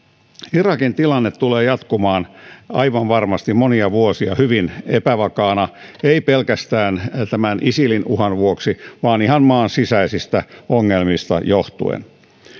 irakin tilanne tulee jatkumaan aivan varmasti monia vuosia hyvin epävakaana ei pelkästään tämän isilin uhan vuoksi vaan ihan maan sisäisistä ongelmista johtuen